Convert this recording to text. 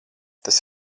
tas